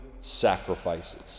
sacrifices